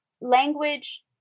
language